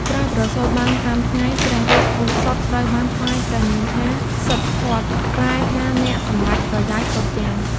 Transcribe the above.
ក្រោយប្រសូតបាន ៥ ថ្ងៃ ព្រះរាជឱរសត្រូវបានថ្វាយព្រះនាមថា សិទ្ធត្ថ ប្រែថាអ្នកសម្រេចប្រយោជន៍គ្រប់យ៉ាង។